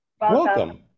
Welcome